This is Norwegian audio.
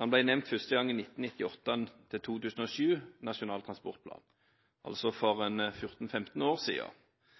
den ble nevnt første gang i transportplanen for 1998–2007, altså for 14–15 år siden. Den ble også nevnt i transportplanen for